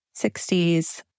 60s